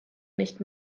nicht